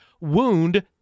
wound